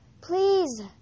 please